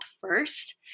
first